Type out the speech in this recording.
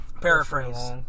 paraphrase